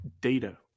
data